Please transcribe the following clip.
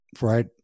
right